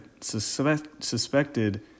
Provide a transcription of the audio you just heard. suspected